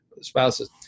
spouses